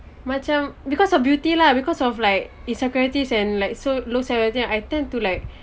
macam because of beauty lah because of like insecurities and like low self esteem I tend to like